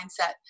mindset